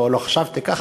לא חשבתי כך,